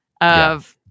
of-